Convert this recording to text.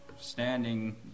standing